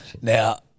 Now